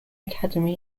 academy